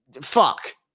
fuck